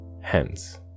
hence